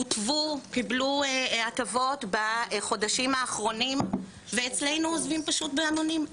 קיבלו הטבות בחודשים האחרונים ואצלנו עוזבים פשוט בהמונים,